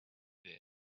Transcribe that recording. there